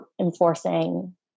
enforcing